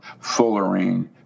fullerene